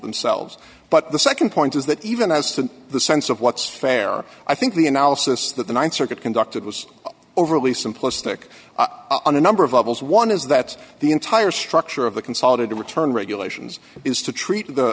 themselves but the nd point is that even as to the sense of what's fair i think the analysis that the th circuit conducted was overly simplistic on a number of levels one is that the entire structure of the consolidated return regulations is to treat the